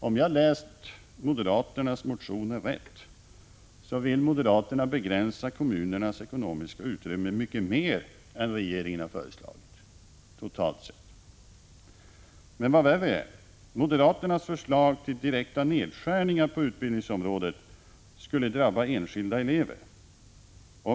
Om jag har läst moderaternas motioner rätt, vill moderaterna begränsa kommunernas ekonomiska utrymme totalt sett mycket mer än vad regeringen föreslagit. Men vad värre är: moderaternas förslag till direkta nedskärningar på utbildningens område skulle drabba enskilda elever.